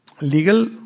legal